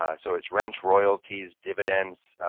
ah so it's rent, royalties, dividends,